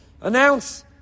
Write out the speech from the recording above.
Announce